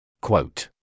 Quote